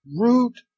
root